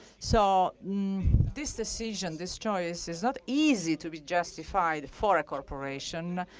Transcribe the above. so this decision, this choice, is not easy to be justified for a corporation.